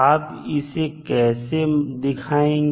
आप इसे कैसे दिखाएंगे